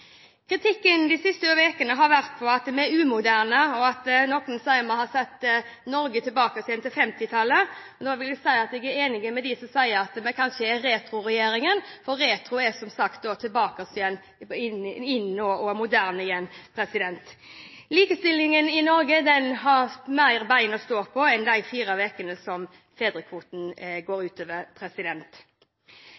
Kritikken de siste ukene har gått på at vi er umoderne, og noen sier at vi har satt Norge tilbake igjen til 1950-tallet. Da vil jeg si at jeg er enig med dem som sier at vi kanskje er retro-regjeringen. Retro er som kjent tilbake igjen og moderne igjen. Likestillingen i Norge har flere bein å stå på enn de fire ukene som går ut over fedrekvoten.